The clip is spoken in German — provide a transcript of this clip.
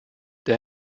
der